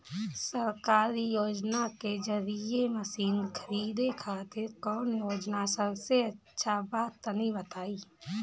सरकारी योजना के जरिए मशीन खरीदे खातिर कौन योजना सबसे अच्छा बा तनि बताई?